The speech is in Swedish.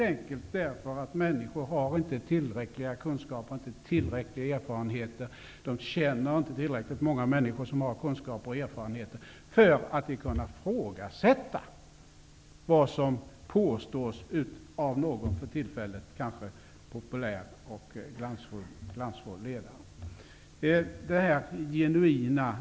Människor har helt enkelt inte tillräckliga kunskaper, inte tillräckliga erfarenheter. De känner inte tillräckligt många människor som har kunskaper och erfarenheter för att kunna ifrågasätta vad som påstås av någon för tillfället kanske populär och glansfull ledare.